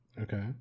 Okay